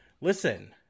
listen